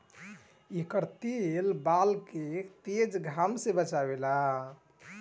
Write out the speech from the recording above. एकर तेल बाल के तेज घाम से बचावेला